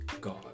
God –